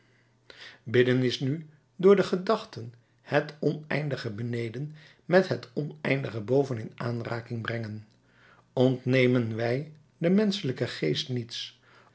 bidden is nu door de gedachten het oneindige beneden met het oneindige boven in aanraking brengen ontnemen wij den menschelijken geest niets